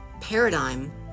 paradigm